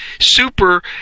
super